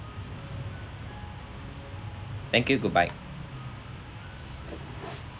thank you goodbye